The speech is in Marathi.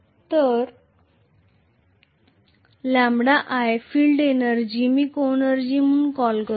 तर λi फील्ड एनर्जी मी त्याला सहऊर्जाको एनर्जी असे म्हणतो